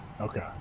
Okay